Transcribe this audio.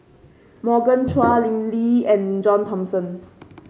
Morgan Chua Lim Lee and John Thomson